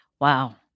wow